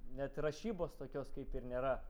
net ir rašybos tokios kaip ir nėra